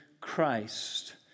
Christ